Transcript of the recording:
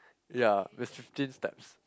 ya there's fifteen steps